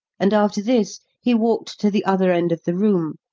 and after this he walked to the other end of the room,